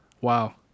Wow